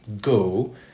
go